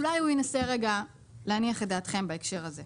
אולי הוא ינסה להניח את דעתכם בנושא הזה.